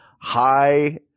high-